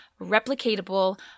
replicatable